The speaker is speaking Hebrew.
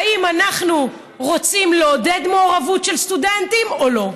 האם אנחנו רוצים לעודד מעורבות של סטודנטים או לא?